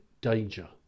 danger